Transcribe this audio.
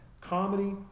comedy